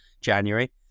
January